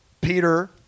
Peter